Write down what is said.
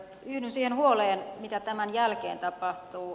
yhdyn huoleen siitä mitä tämän jälkeen tapahtuu